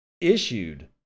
issued